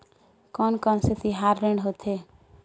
कोन कौन से तिहार ऋण होथे?